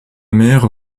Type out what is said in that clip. mère